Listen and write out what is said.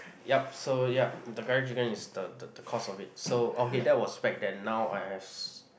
yup so yup the curry chicken is the the the cause of it so okay that was back then now I has